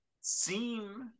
seem